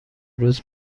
روز